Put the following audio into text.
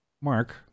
Mark